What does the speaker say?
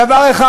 דבר אחד,